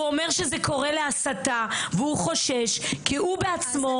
הוא אומר שזה קורא להסתה והוא חושש כי הוא בעצמו,